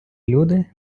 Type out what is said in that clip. люди